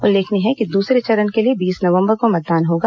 उल्लेखनीय है कि दूसरे चरण के लिए बीस नवंबर को मतदान होगा